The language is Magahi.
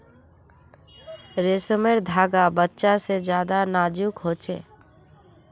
रेसमर धागा बच्चा से ज्यादा नाजुक हो छे